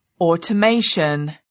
automation